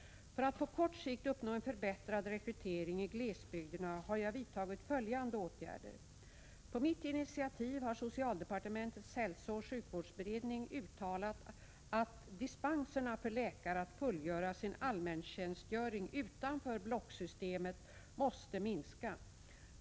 För att på kort sikt uppnå en förbättrad rekrytering i glesbygderna har jag vidtagit följande åtgärder. På mitt initiativ har socialdepartementets hälsooch sjukvårdsberedning uttalat att dispenserna för läkare att fullgöra sin allmäntjänstgöring utanför blocksystemet måste minska.